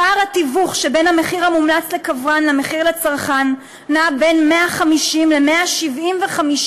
פער התיווך שבין המחיר המומלץ לכוורן למחיר לצרכן נע בין 150% ל-175%.